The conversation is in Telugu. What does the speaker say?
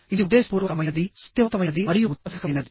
ఇది ఉద్దేశపూర్వకమైనది శక్తివంతమైనది మరియు ఉత్పాదకమైనది